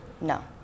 No